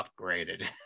upgraded